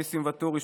ניסים ואטורי,